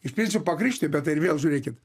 iš principo pagrįsti bet tai ir vėl žiūrėkit